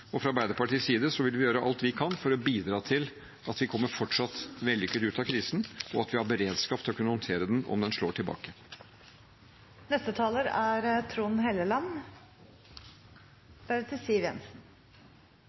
Fra Arbeiderpartiets side vil vi gjøre alt vi kan for å bidra til at vi fortsatt kommer vellykket ut av krisen, og at vi har beredskap til å kunne håndtere den om den slår tilbake.